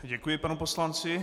Děkuji panu poslanci.